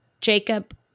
Jacob